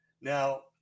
now